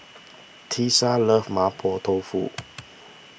Tisa loves Mapo Tofu